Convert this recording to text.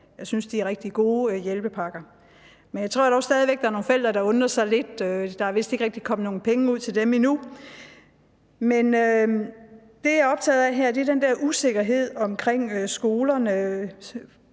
Jeg synes, de hjælpepakker er rigtig gode. Men jeg tror dog stadig væk, at der er nogle forældre, der undrer sig lidt. Der er vist ikke rigtig kommet nogen penge ud til dem endnu. Men det, jeg er optaget af her, er den der sikkerhed omkring skolerne,